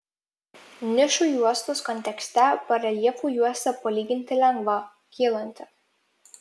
nišų juostos kontekste bareljefų juosta palyginti lengva kylanti